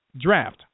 draft